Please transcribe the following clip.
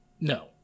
No